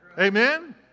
Amen